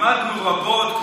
למדנו רבות,